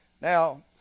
Now